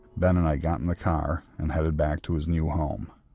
ben and i got in the car and headed back to his new home.